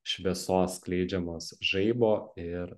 šviesos skleidžiamos žaibo ir